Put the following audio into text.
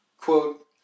Quote